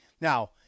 Now